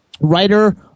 writer